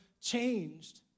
changed